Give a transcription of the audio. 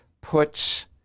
puts